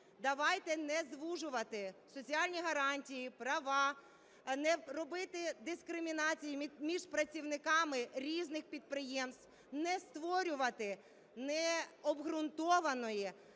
Давайте не звужувати соціальні гарантії, права, не робити дискримінації між працівниками різних підприємств, не створювати необґрунтованої